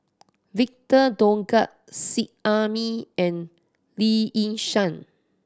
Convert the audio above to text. Victor Doggett Seet Ai Mee and Lee Yi Shyan